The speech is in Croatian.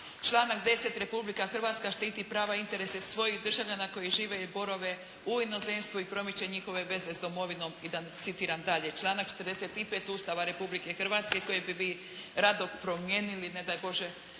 Članak 10.: "Republika Hrvatska štiti prava i interese svojih državljana koji žive i borave u inozemstvu i promiče njihove veze s domovinom.", i da ne citiram dalje. Članak 45. Ustava Republike Hrvatske kojeg bi rado promijenili ne daj Bože